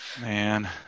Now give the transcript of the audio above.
Man